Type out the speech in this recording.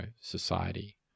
society